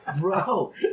Bro